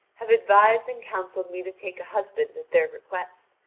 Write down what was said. have advised and counselled me to take a husband at their request.